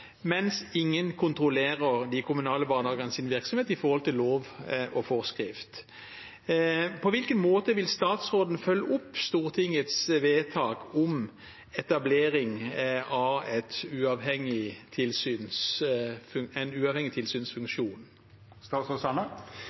mens ingen kontrollerer de kommunale barnehagenes virksomhet i forhold til lov og forskrift. På hvilken måte vil statsråden følge opp Stortingets vedtak om etablering av en uavhengig